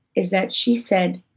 is that she said,